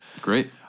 great